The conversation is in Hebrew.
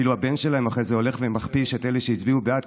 אפילו הבן שלהם אחרי זה הולך ומכפיש את אלה שהצביעו בעד,